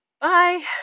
Bye